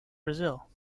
brazil